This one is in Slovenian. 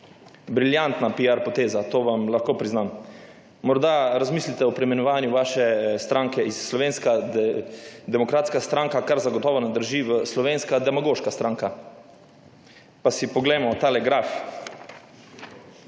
Briljantna piar poteza, to vam lahko priznam. Morda razmislite o preimenovanje vaše stranke iz Slovenska demokratska stranka, kar zagotovo ne drži, v Slovenska demagoška stranka. Pa si poglejmo tale graf.